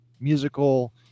musical